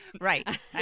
Right